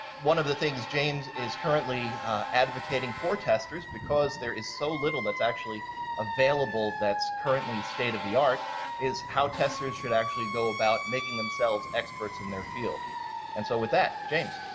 one of the things james is currently advocating for testers because there is so little that's actually available that's currently state of the art is how testers should actually go about making themselves experts in their field and so with that, james.